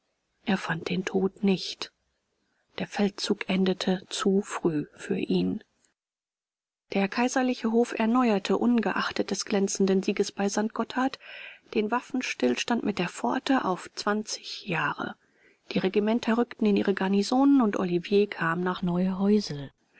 er fand den tod nicht der feldzug endete zu früh für ihn der kaiserliche hof erneuerte ungeachtet des glänzenden sieges bei st gotthard den waffenstillstand mit der pforte auf zwanzig jahre die regimenter rückten in ihre garnisonen und olivier kam nach